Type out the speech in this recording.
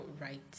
right